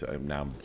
now